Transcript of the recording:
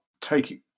taking